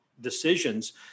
decisions